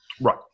Right